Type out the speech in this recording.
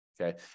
Okay